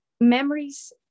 memories